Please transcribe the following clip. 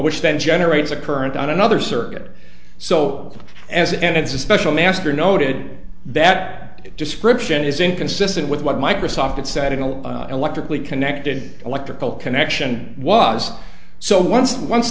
which then generates a current on another circuit so as and it's a special master noted that description is inconsistent with what microsoft said in a electrically connected electrical connection was so once once